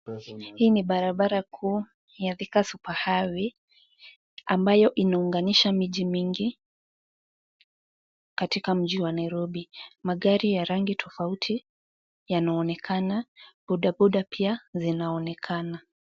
Hii ni barabra kuu ya Thika Super Highway ambayo inaunganisha miji mingi katika mji wa Nairobi. Magari ya rangi tofauti yanaonekana, bodaboda pia zinaonekana.